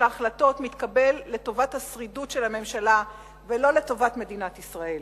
ההחלטות מתקבל לטובת השרידות של הממשלה ולא לטובת מדינת ישראל.